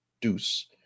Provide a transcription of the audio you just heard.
Deuce